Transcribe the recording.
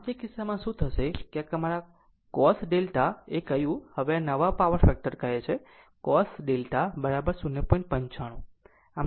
આમ તે કિસ્સામાં શું થશે કે અમારા cos delta એ કહ્યું હવે નવા પાવર ફેક્ટર કહે cos delta 0